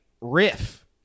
riff